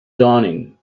dawning